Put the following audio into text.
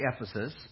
Ephesus